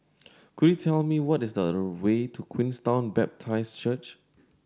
could you tell me what is the way to Queenstown Baptist Church